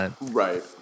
Right